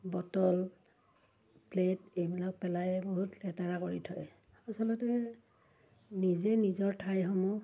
bottle plate এইবিলাক পেলাই বহুত লেতেৰা কৰি থয় আচলতে নিজে নিজৰ ঠাইসমূহ